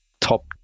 top